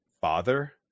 father